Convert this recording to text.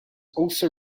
also